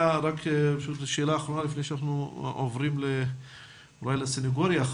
שאלה אחרונה לפני שאנחנו עוברים אולי לסנגוריה,